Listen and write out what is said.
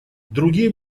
другие